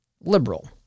liberal